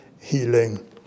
healing